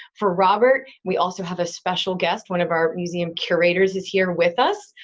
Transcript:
for robert. we also have a special guest, one of our museum curators is here with us.